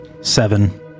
Seven